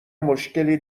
مشکلی